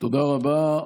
תודה רבה.